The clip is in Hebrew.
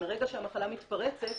ומרגע שהמחלה מתפרצת